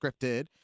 scripted